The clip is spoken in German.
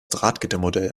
drahtgittermodell